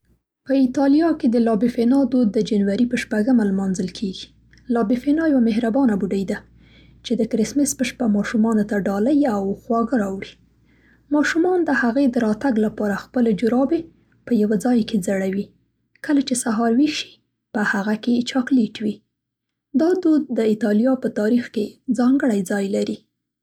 په ایټالیا کې د لا بیفانا دود د جنوري په شپږمه لمانځل کیږي. لا بیفانا یوه مهربانه بوډۍ ده چې د کرسمس په شپه ماشومانو ته ډالۍ او خواږه راوړي. ماشومان د هغې د راتګ لپاره خپلې جرابې په یوه ځای کې ځړوي. کله چې سهار ویښ شي په هغه کې چاکلېټ وي. دا دود د ایټالیا په کلتور کې ځانګړی ځای لري.